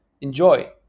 Enjoy